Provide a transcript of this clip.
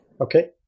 okay